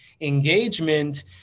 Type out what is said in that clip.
engagement